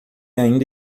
ainda